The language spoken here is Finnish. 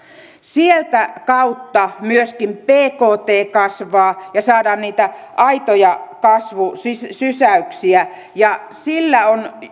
sitä kautta myöskin bkt kasvaa ja saadaan niitä aitoja kasvusysäyksiä ja